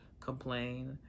complain